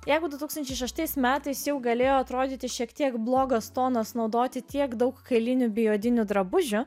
jeigu du tūkstančiai šeštais metais jau galėjo atrodyti šiek tiek blogas tonas naudoti tiek daug kailinių biotinių drabužių